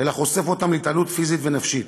אלא חושף אותם להתעללות פיזית ונפשית.